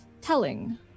telling